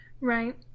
right